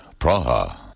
Praha